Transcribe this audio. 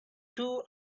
two